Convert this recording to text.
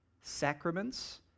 sacraments